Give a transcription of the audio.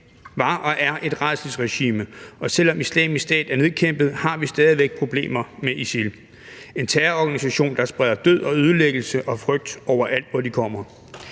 var og er et rædselsregime, og selv om Islamisk Stat er nedkæmpet, har vi stadig væk problemer med ISIL – en terrororganisation, der spreder død og ødelæggelse og frygt overalt, hvor den kommer.